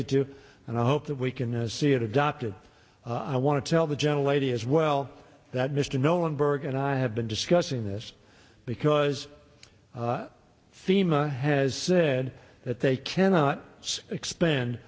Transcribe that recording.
to and i hope that we can see it adopted i want to tell the gentle lady as well that mr nolan berg and i have been discussing this because fema has said that they cannot expand